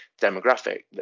demographic